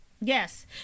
Yes